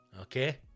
Okay